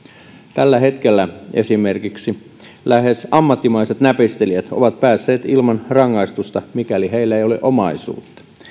tällä hetkellä esimerkiksi lähes ammattimaiset näpistelijät ovat päässeet ilman rangaistusta mikäli heillä ei ole omaisuutta